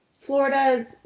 Florida